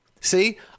See